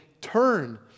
turn